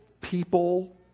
people